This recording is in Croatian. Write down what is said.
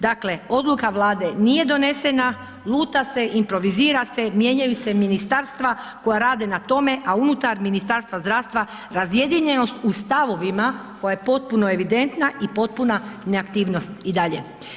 Dakle, odluka Vlade nije donesena, luta se, improvizira se, mijenjaju se ministarstva koja rade na tome, a unutar Ministarstva zdravstva razjedinjenost u stavovima koja je potpuno evidentna i potpuna neaktivnost i dalje.